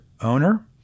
owner